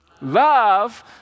love